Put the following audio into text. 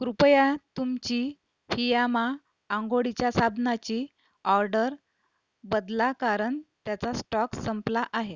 कृपया तुमची फियामा आंघोळीच्या साबणाची ऑर्डर बदला कारण त्याचा स्टॉक संपला आहे